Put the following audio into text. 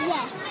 Yes